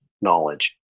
knowledge